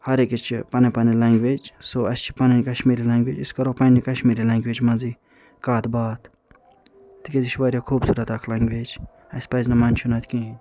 ہر أکِس چھِ پنٕنۍ پنٕنۍ لنٛگویج سو اسہِ چھِ پنٕنۍ کشمیری لنٛگویج أسۍ کرو پننہِ کشمیری لنٛگویج منٛزٕے کَتھ باتھ تِکیٛازِ یہِ چھِ وارِیاہ خوٗبصوٗرت اکھ لنٛگویج اسہِ پَزِ نہٕ منٛدٕچھُن اتھ کِہیٖنۍ